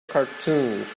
cartoons